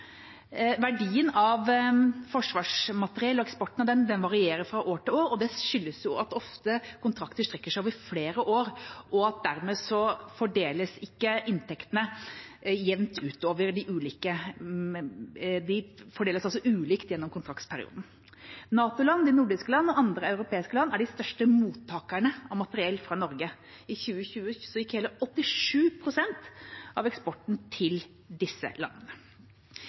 Verdien av forsvarsmateriell og eksporten av det varierer fra år til år. Det skyldes at kontrakter ofte strekker seg over flere år, og dermed fordeles inntektene ulikt gjennom kontraktsperioden. NATO-land, de nordiske land og andre europeiske land er de største mottakerne av materiell fra Norge. I 2020 gikk hele 87 pst. av eksporten til disse landene.